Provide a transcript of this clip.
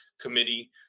committee